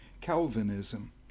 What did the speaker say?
Calvinism